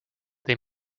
they